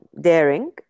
Daring